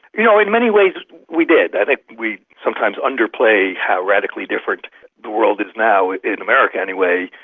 you know, in many ways we did. i think we sometimes underplay how radically different the world is now, in america anyway,